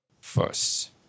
first